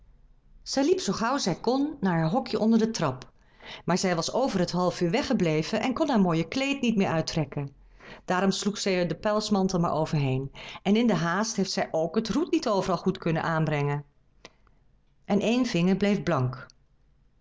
zij liep zoo gauw zij kon naar haar hokje onder de trap maar zij was over het half uur weggebleven en kon haar mooie kleed niet meer uittrekken daarom sloeg zij er den pelsmantel maar overheen en in de haast heeft zij ook het roet niet overal goed kunnen aanbrengen en één vinger bleef blank